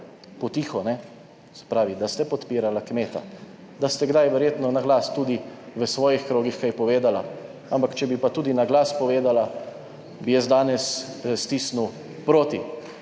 (nadaljevaje) Se pravi, da ste podpirala kmeta, da ste kdaj verjetno na glas tudi v svojih krogih kaj povedala. Ampak če bi pa tudi na glas povedala, bi jaz danes stisnil proti,